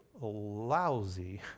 lousy